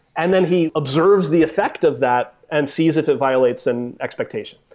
and then he observes the effect of that and sees if it violates an expectation.